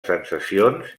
sensacions